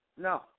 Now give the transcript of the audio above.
No